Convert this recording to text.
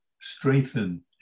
strengthen